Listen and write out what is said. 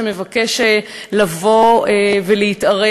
תפסו אותי נציגי "שלום עכשיו" ושאלו אותי: אתם באמת?